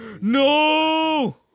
No